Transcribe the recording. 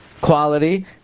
quality